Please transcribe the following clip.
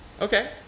Okay